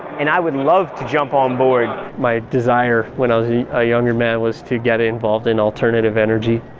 and i would love to jump on board. my desire, when i was a ah younger man, was to get involved in alternative energy.